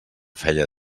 feia